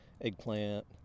eggplant